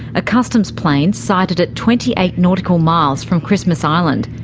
a customs plane sighted it twenty eight nautical miles from christmas island,